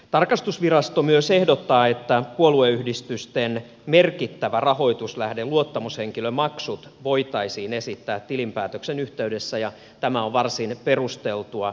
tarkastusvirasto myös ehdottaa että puolueyhdistysten merkittävä rahoituslähde luottamushenkilömaksut voitaisiin esittää tilinpäätöksen yhteydessä ja tämä on varsin perusteltua